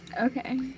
Okay